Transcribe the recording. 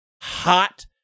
hot